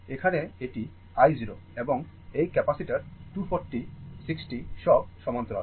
এখানে এটি i 0 এবং এই ক্যাপাসিটার 240 60 সব সমান্তরাল